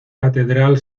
catedral